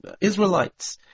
Israelites